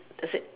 is it